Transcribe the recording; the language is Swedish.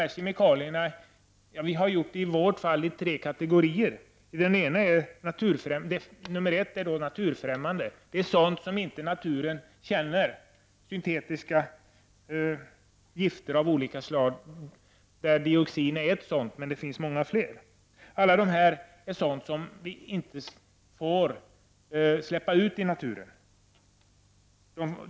Man kan dela upp dessa kemikalier i tre kategorier. Den första är naturfrämmande kemikalier. Det är sådant som naturen inte känner, syntetiska gifter av olika slag. Dioxin är ett exempel, men det finns många fler. Det är fråga om kemikalier som vi inte får släppa ut i naturen.